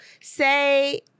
say